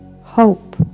hope